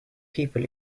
people